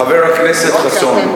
חבר הכנסת חסון,